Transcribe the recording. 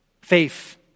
Faith